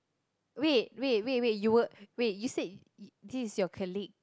wait wait wait wait you were wait you said y~ this is your colleague